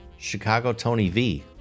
chicagotonyv